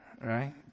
right